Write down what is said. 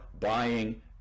buying